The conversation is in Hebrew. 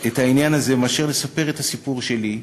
את העניין הזה מאשר לספר את הסיפור שלי.